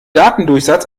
datendurchsatz